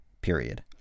period